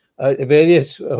various